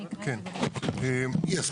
ברמה